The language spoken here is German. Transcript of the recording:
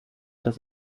das